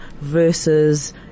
versus